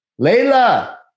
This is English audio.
Layla